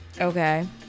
Okay